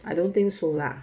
I don't think so lah